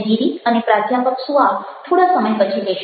ગિરિ અને પ્રાધ્યાપક સુઆર થોડા સમય પછી લેશે